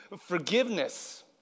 forgiveness